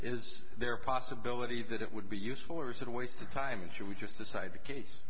is there a possibility that it would be useful or is that a waste of time should we just decide the case